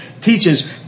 teaches